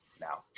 Now